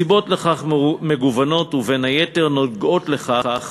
הסיבות לכך מגוונות, ובין היתר נוגעות לכך